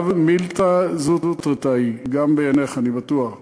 לאו מילתא זוטרתא היא גם בעיניך, אני בטוח.